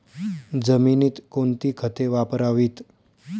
जमिनीत कोणती खते वापरावीत?